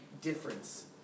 difference